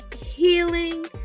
healing